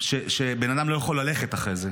שבן אדם לא יכול ללכת אחריהן.